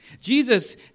Jesus